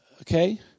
okay